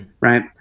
right